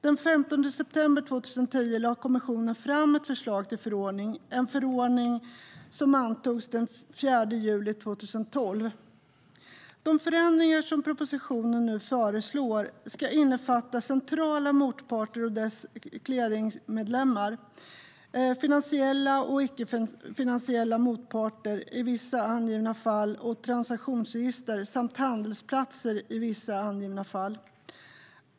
Den 15 september 2010 lade kommissionen fram ett förslag till förordning. Denna förordning antogs den 4 juli 2012. De förändringar som propositionen nu föreslår ska innefatta centrala motparter och deras clearingmedlemmar, finansiella och icke-finansiella motparter i vissa angivna fall och transaktionsregister samt handelsplatser i vissa angivna fall.